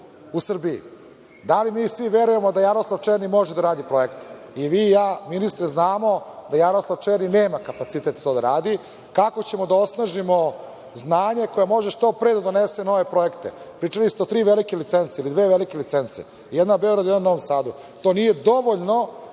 u Srbiji? Da li mi svi verujemo da Jaroslav Černi može da radi projekte? I vi, i ja, ministre, znamo da Jaroslav Černi nema kapacitet to da radi. Kako ćemo da osnažimo znanje koje može što pre da donese nove projekte? Pričali ste o tri velike licence ili dve velike licence. Jedna u Beogradu, a jedna u Novom Sadu. To nije dovoljno